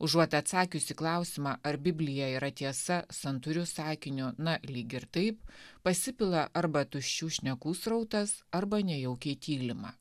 užuot atsakius į klausimą ar biblija yra tiesa santūriu sakiniu na lyg ir taip pasipila arba tuščių šnekų srautas arba nejaukiai tylima